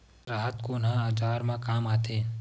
राहत कोन ह औजार मा काम आथे?